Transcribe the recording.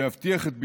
שיבטיח את ביטחוננו,